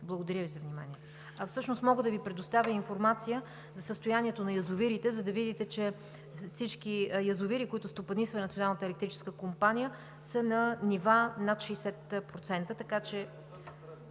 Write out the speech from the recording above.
Благодаря Ви за вниманието. Всъщност, мога да Ви предоставя информация за състоянието на язовирите, за да видите, че всички язовири, които стопанисва Националната електрическа компания, са на нива над 60%...